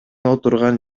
отурган